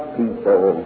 people